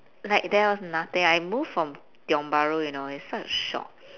like there was nothing I moved from tiong bahru you know it's such a shock